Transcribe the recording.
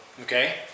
Okay